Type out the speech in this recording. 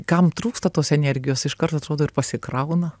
kam trūksta tos energijos iš karto atrodo ir pasikrauna